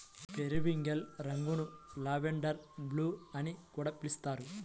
periwinkle రంగును lavender blue అని కూడా పిలుస్తారు